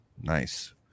Nice